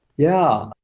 yeah.